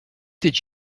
did